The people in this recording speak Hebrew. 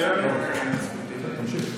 תמשיך.